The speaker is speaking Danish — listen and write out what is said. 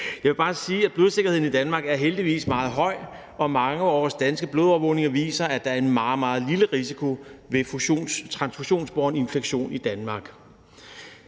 Jeg vil bare sige, at blodsikkerheden i Danmark heldigvis er meget høj, og at mange års danske blodovervågninger viser, at der er en meget, meget lille risiko for transfusionsbårne infektioner i Danmark.